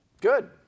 Good